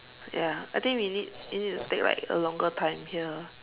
ya I think we need we need to take like a longer time here